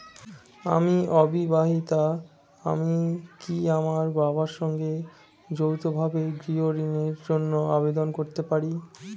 আমি অবিবাহিতা আমি কি আমার বাবার সঙ্গে যৌথভাবে গৃহ ঋণের জন্য আবেদন করতে পারি?